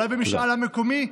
אולי במשאל מקומי,